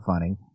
funny